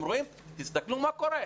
תסתכלו מה קורה.